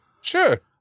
sure